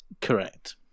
Correct